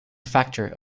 factor